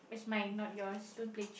it's mine not yours don't play cheat